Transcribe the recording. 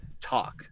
talk